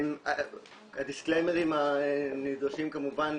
הדיסקליימרים הנדרשים כמובן,